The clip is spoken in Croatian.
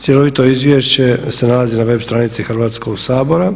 Cjelovito izvješće se nalazi na web stranici Hrvatskoga sabora.